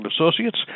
Associates